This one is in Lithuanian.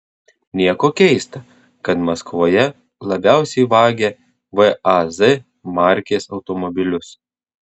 nieko keista kad maskvoje labiausiai vagia vaz markės automobilius